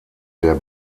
der